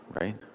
right